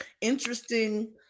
interesting